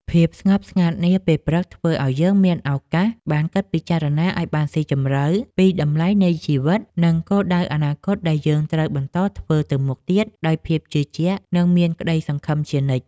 ភាពស្ងប់ស្ងាត់នាពេលព្រឹកធ្វើឱ្យយើងមានឱកាសបានគិតពិចារណាឱ្យបានស៊ីជម្រៅពីតម្លៃជីវិត និង គោលដៅអនាគតដែលយើងត្រូវបន្តធ្វើទៅមុខទៀតដោយភាពជឿជាក់ និង មានសេចក្តីសង្ឃឹមជានិច្ច។